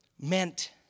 meant